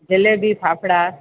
jalebi fafda